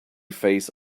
phase